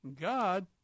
god